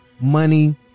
money